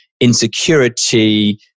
insecurity